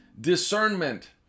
discernment